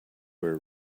were